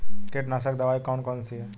कीटनाशक दवाई कौन कौन सी हैं?